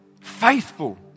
faithful